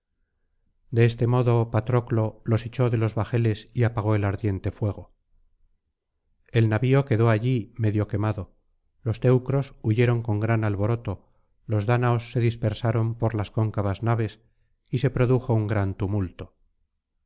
de este modo patroclo los echó de los bajeles y apagó el ardiente fuego el navio quedó allí medio quemado los teucros huyeron con gran alboroto los dáñaos se dispersaron por las cóncavas naves y se produjo un gran tumulto